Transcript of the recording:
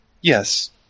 Yes